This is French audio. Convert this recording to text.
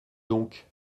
donc